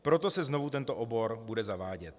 Proto se znovu tento obor bude zavádět.